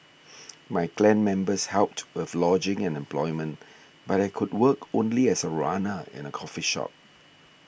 my clan members helped with lodging and employment but I could work only as a runner in a coffee shop